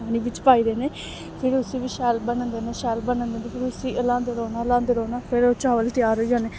पानी बिच्च पाई देने फिर उसी बी शैल बनन देने शैल बनन देने फिर उसी ल्हांदे रौह्ना ल्हांदे रौह्ना फिर ओह् चावल त्यार होई जाने